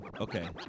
Okay